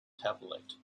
tablet